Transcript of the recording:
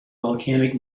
volcanic